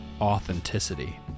authenticity